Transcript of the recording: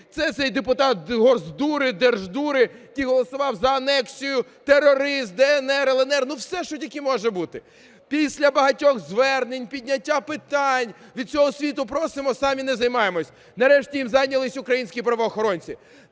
Це депутат "госдури", "держдури", який голосував за анексію, терорист "ДНР", "ЛНР", ну все, що тільки може бути. Після багатьох звернень, підняття питань від всього світу, просимо – самі не займаємось. Нарешті, ним зайнялись українські правоохоронці.